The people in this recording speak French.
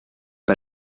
pas